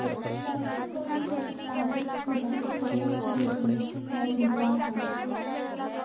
सरसोवन के उत्पादन तिलहन फसल के रूप में कइल जाहई